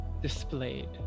displayed